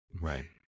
Right